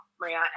Maria